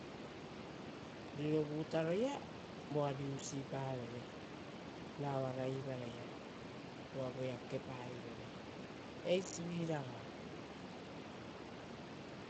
Ari riro vutaroia voari usipavere raoaraivaraia, uva voea kekeparivere. Osiasi eisiviraga.